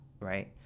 right